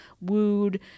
wooed